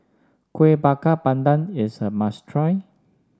Kueh Bakar Pandan is a must try